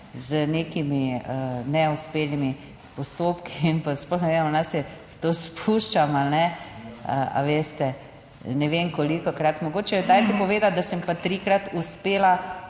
z nekimi neuspelimi postopki in pa sploh ne vem, ali se v to spuščam ali ne, a veste. Ne vem kolikokrat, mogoče dajte povedati, da sem pa trikrat uspela